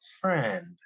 friend